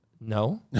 no